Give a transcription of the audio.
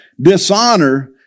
Dishonor